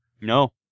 No